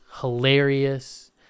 hilarious